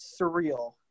surreal